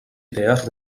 idees